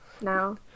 now